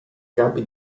campi